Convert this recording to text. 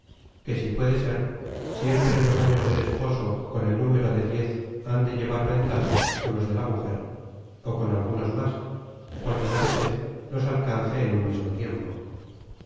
que si puede ser siempre los años del esposo con el número de diez han de llevar ventaja á los de la mujer ó con algunos más porque la vejez los alcance en un mismo tiempo